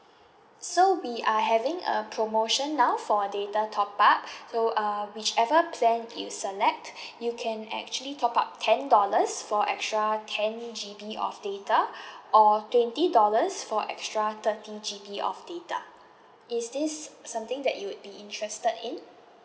so we are having a promotion now for data top up so uh whichever plan you select you can actually top up ten dollars for extra ten G_B of data or twenty dollars for extra thirty G_B of data is this something that you'd be interested in